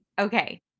Okay